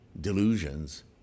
delusions